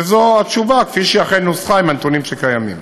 וזו התשובה, כפי שהיא נוסחה עם הנתונים שקיימים.